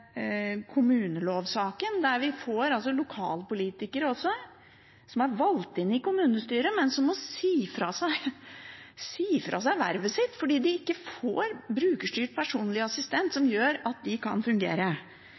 kommunelovsaken. Vi har lokalpolitikere som er valgt inn i kommunestyret, men som må si fra seg vervet sitt fordi de ikke får brukerstyrt personlig assistent som gjør at de kan fungere.